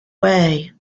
way